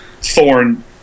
thorn